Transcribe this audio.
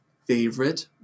Favorite